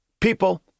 People